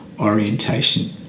orientation